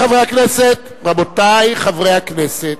רבותי חברי הכנסת,